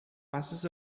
passes